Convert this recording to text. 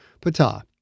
Pata